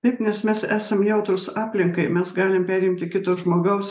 taip nes mes esam jautrūs aplinkai mes galim perimti kito žmogaus